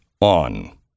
on